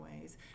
ways